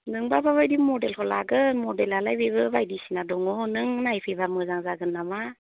नोंबा मा बायदि मडेलखौ लागोन मडेलालाय बेबो बायदिसिना दङ नों नायफैबा मोजां जागोन नामा